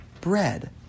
bread